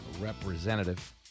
representative